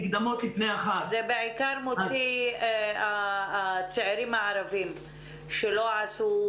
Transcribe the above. זה בעיקר הצעירים הערבים שלא עשו